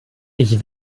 ich